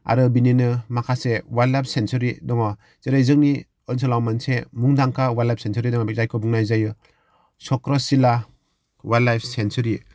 आरो बिनिनो माखासे वाइल्ड लाइफ सेन्सुरि दङ जेरै जोंनि ओनसोला मोनसे मुंदांखा वाइल्ड लाइफ सेन्सुरि दङ जायखौ बुंनाय जायो शक्रसिला वाइल्ड लाइफ सेन्सुरि